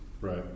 Right